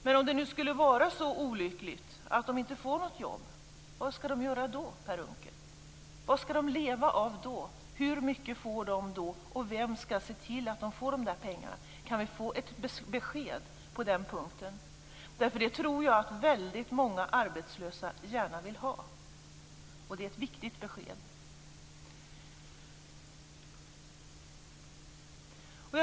Men om det nu skulle vara så olyckligt att de inte får något jobb, vad skall de göra då, Per Unckel? Vad skall de leva av då? Hur mycket får de då, och vem skall se till att de får de pengarna? Kan vi få ett besked på den punkten? Jag tror att väldigt många arbetslösa gärna vill ha det. Det är ett viktigt besked.